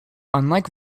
unlike